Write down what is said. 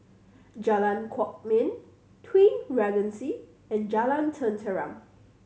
Jalan Kwok Min Twin Regency and Jalan Tenteram